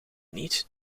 niet